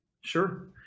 Sure